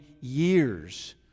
years